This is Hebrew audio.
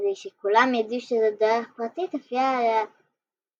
וכדי שכלם ידעו שזאת דרך פרטית, הופיעה עליה בגדול